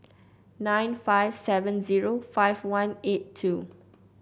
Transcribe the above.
nine five seven zero five one eight two